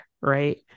right